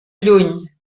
lluny